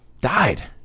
died